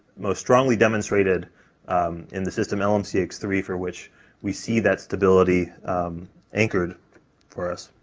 most strongly demonstrated in the system lmc x three, for which we see that stability anchored for us.